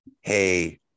hey